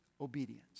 obedience